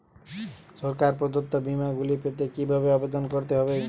সরকার প্রদত্ত বিমা গুলি পেতে কিভাবে আবেদন করতে হবে?